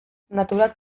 naturak